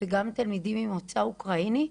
וגם תלמידים ממוצא אוקראינים,